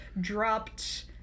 dropped